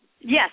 Yes